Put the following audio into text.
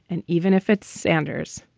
and even if it's sanders,